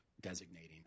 designating